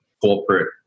corporate